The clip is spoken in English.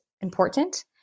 important